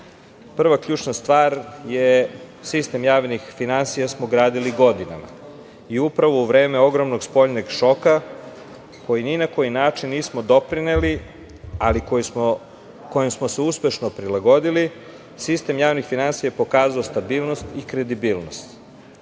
ključna stvar je da smo sistem javnih finansija gradili godinama. Upravo u vreme ogromnog spoljnog šoka, kojem ni na koji način nismo doprineli, ali kojem smo se uspešno prilagodili, sistem javnih finansija je pokazao stabilnost i kredibilnost,